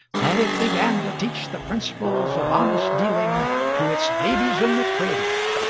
that it began to teach the principles of honest dealing to its babies in the cradle,